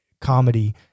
comedy